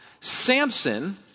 Samson